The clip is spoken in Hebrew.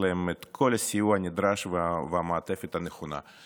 להם את כל הסיוע הנדרש והמעטפת הנכונה.